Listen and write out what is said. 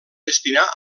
destinar